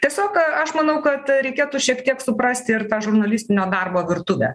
tiesiog aš manau kad reikėtų šiek tiek suprasti ir tą žurnalistinio darbo virtuvę